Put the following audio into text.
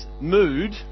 mood